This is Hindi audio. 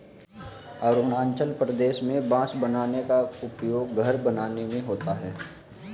अरुणाचल प्रदेश में बांस का उपयोग घर बनाने में होता है